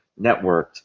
networked